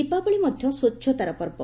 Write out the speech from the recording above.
ଦୀପାବଳି ମଧ୍ୟ ସ୍ୱଚ୍ଚତାରପର୍ବ